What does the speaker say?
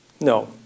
No